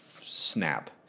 snap